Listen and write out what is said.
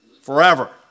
forever